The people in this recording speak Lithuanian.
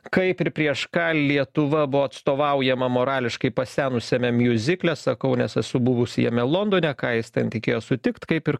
kaip ir prieš ką lietuva buvo atstovaujama morališkai pasenusiame miuzikle sakau nes esu buvusi jame londone ką jis ten tikėjos sutikt kaip ir